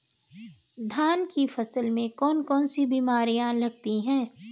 धान की फसल में कौन कौन सी बीमारियां लगती हैं?